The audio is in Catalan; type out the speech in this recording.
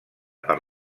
per